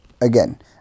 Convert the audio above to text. again